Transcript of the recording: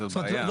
זו בעיה.